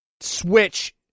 Switch